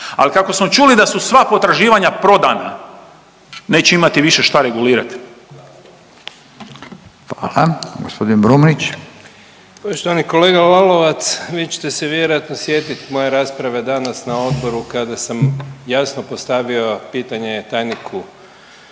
Al kako smo čuli da su sva potraživanja prodana, neće imati više šta regulirati. **Radin, Furio (Nezavisni)** Fala. Gospodin Brumnić. **Brumnić, Zvane (Nezavisni)** Poštovani kolega Lalovac, vi ćete se vjerojatno sjetit moje rasprave danas na odboru kada sam jasno postavio pitanje tajniku